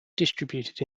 distributed